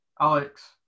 Alex